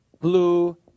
blue